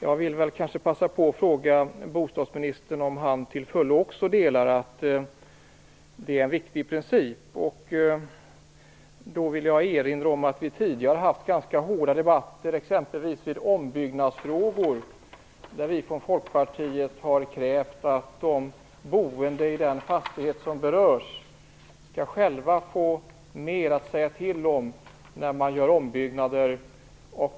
Jag vill passa på och fråga bostadsministern om han till fullo delar uppfattningen att det är en viktig princip. Jag vill då erinra om att vi tidigare har haft ganska hårda debatter, exempelvis vid ombyggnadsfrågor. Där har vi från Folkpartiet krävt att de boende i den fastighet som berörs själva skall få mer att säga till om när man gör ombyggnader.